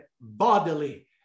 bodily